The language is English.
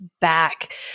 back